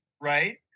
right